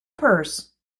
purse